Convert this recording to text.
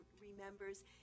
remembers